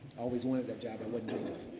always wanted that job but